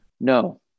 No